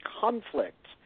conflict